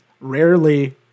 rarely